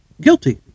guilty